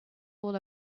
all